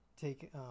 take